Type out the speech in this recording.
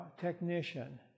technician